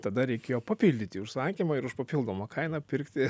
tada reikėjo papildyti užsakymą ir už papildomą kainą pirkti